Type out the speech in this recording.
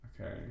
okay